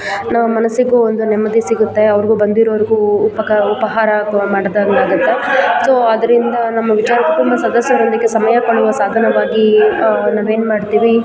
ನಮ್ಮ ಮನಸ್ಸಿಗೂ ಒಂದು ನೆಮ್ಮದಿ ಸಿಗುತ್ತೆ ಅವ್ರಿಗೂ ಬಂದಿರೋರಿಗೂ ಉಪಕಾ ಉಪಹಾರ ಮಾಡ್ದಂಗೆ ಆಗುತ್ತೆ ಸೋ ಅದರಿಂದ ನಮ್ಮ ವಿಚಾರ ಕುಟುಂಬದ ಸದಸ್ಯರೊಂದಿಗೆ ಸಮಯ ಕೊಡುವ ಸಾಧನವಾಗೀ ನಾವು ಏನು ಮಾಡ್ತೀವಿ